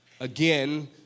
Again